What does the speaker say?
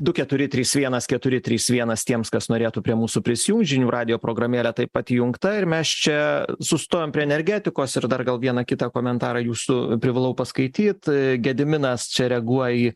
du keturi trys vienas keturi trys vienas tiems kas norėtų prie mūsų prisijungt žinių radijo programėle taip pat įjungta ir mes čia sustojam prie energetikos ir dar gal vieną kitą komentarą jūsų privalau paskaityt gediminas čia reaguoja į